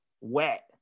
wet